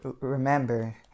remember